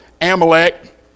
Amalek